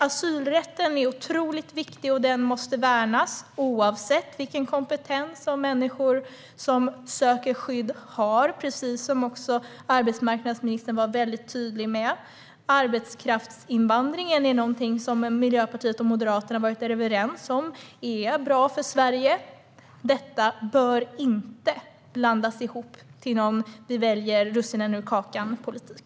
Asylrätten är otroligt viktig och måste värnas oavsett vilken kompetens som människor som söker skydd har, vilket arbetsmarknadsministern var tydlig med. Arbetskraftsinvandringen är någonting som Miljöpartiet och Moderaterna har varit överens om är bra för Sverige. Detta bör inte blandas ihop till något slags plocka-russinen-ur-kakan-politik.